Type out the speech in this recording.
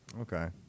Okay